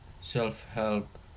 self-help